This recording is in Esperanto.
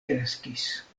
kreskis